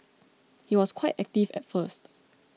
he was quite active at first